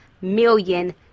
million